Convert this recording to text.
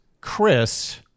Chris